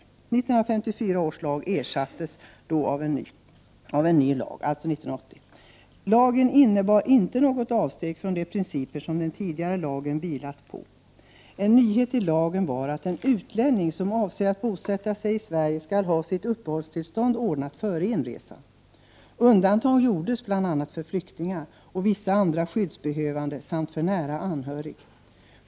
1954 års lag ersattes 1980 av en ny lag. Lagen innebar inte något avsteg från de principer som den tidigare vilat på. En nyhet i lagen var att en utlänning, som avser att bosätta sig i Sverige, skall ha sitt uppehållstillstånd ordnat före inresan. Undantag gjordes för bl.a. flyktingar och vissa andra skyddsbehövande samt för nära anhörig.